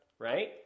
Right